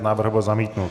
Návrh byl zamítnut.